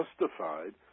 justified